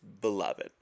beloved